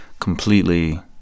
completely